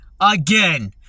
again